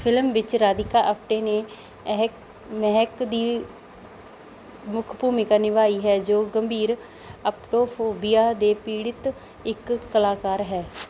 film ਵਿੱਚ ਰਾਧਿਕਾ ਅਪਟੇ ਨੇ ਅਹਿਕ ਮਹਿਕ ਦੀ ਮੁੱਖ ਭੂਮਿਕਾ ਨਿਭਾਈ ਹੈ ਜੋ ਗੰਭੀਰ ਅਪਟੋਫੋਬੀਆ ਦੇ ਪੀੜ੍ਹਤ ਇੱਕ ਕਲਾਕਾਰ ਹੈ